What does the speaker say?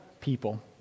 people